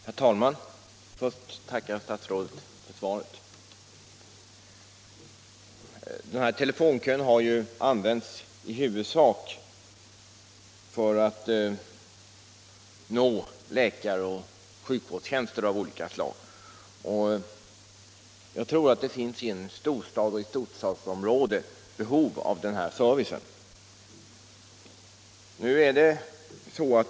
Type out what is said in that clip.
Herr talman! Först tackar jag statsrådet för svaret. Telefonkön har i huvudsak använts för att nå läkare och andra som erbjuder sjukvårdstjänster av olika slag. Jag tror att det i ett storstadsområde finns behov av denna service.